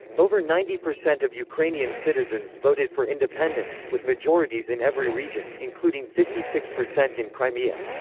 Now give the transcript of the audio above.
over ninety percent of ukrainian citizens voted for independence, with majorities in every region, including fifty six percent in crimea.